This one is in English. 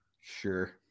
Sure